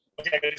okay